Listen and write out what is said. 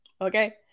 Okay